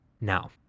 Now